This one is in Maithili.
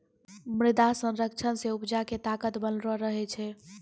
मृदा संरक्षण से उपजा के ताकत बनलो रहै छै